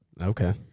Okay